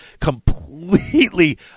completely